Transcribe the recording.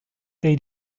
they